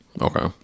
Okay